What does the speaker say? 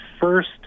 first